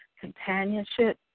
companionship